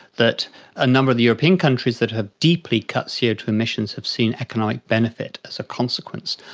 that a number of the european countries that have deeply cut c o two emissions have seen economic benefit as a consequence.